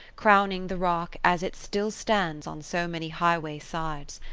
crowning the rock, as it still stands on so many highway sides,